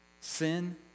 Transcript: sin